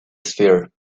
sphere